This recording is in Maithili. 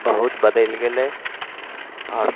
बहुत बदलि गेलै आओर